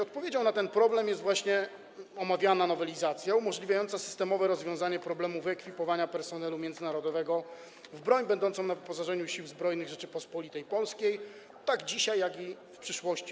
Odpowiedzią na ten problem jest właśnie omawiana nowelizacja umożliwiająca systemowe rozwiązanie problemu wyekwipowania personelu międzynarodowego w broń będącą na wyposażeniu Sił Zbrojnych Rzeczypospolitej Polskiej tak dzisiaj, jak również w przyszłości.